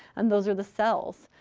and those are the cells.